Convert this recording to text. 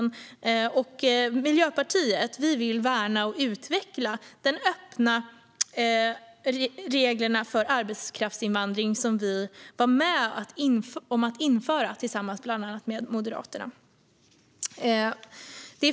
Miljöpartiet vill värna och utveckla de öppna regler för arbetskraftsinvandring som vi var med om att införa tillsammans med bland andra Moderaterna.